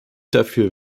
dafür